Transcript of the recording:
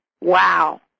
Wow